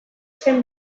zen